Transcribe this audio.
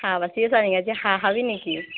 হাঁহ বাচি আছা নেকি আজি হাঁহ খাবি নেকি